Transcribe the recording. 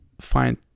find